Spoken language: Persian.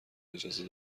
اجازه